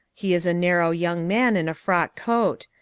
he is a narrow young man in a frock coat.